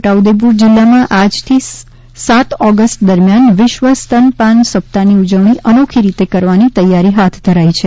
છોટાઉદેપુર જિલ્લામાં આજ થી સાત ઓગસ્ટ દરમ્યાન વિશ્વ સ્તનપાન સપ્તાહની ઉજવણી અનોખી રીતે કરવાની તૈયારી હાથ ધરાઇ છે